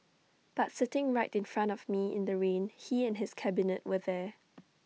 but sitting right in front of me in the rain he and his cabinet were there